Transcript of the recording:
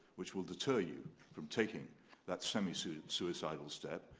which will deter you from taking that semi-suicidal step,